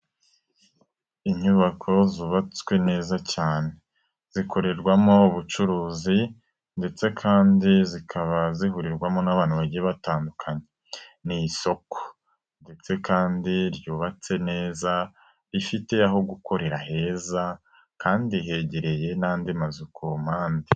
Inyubako zubatswe neza cyane zikorerwamo ubucuruzi ndetse kandi zikaba zihurirwamo n'abantu bagiye batandukanye ni isoko ndetse kandi ryubatse neza rifite aho gukorera heza kandi hegereye n'andi mazu ku mpande.